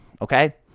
okay